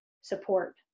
support